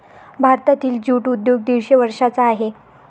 भारतातील ज्यूट उद्योग दीडशे वर्षांचा आहे